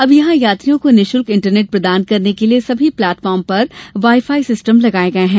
अब यहां यात्रियों को निःशुल्क इंटरनेट प्रदान करने के लिये सभी प्लेटफार्म पर वाई फाई सिस्टम लगाये गये हैं